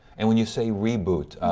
and when you see reboot,